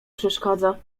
przeszkadza